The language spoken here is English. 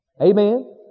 Amen